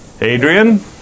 Adrian